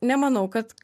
nemanau kad